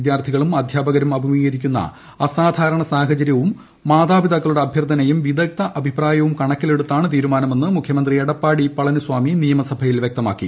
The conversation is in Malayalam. വിദ്യാർത്മിക്കളും അധ്യാപകരും അഭിമുഖീകരിക്കുന്ന അസാധാരണ സാഹചര്യവും മാതാപിതാക്കളുടെ അഭ്യർത്ഥനയും വിദഗ്ദ്ധ അഭിപ്രായവും കണക്കിലെടുത്താണ് തീരുമാനമെന്ന് മുഖ്യമന്ത്രി എടപ്പാടി പളനിസ്വാമി നിയമസഭയിൽ വ്യക്തമാക്കി